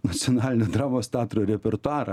nacionalinio dramos teatro repertuarą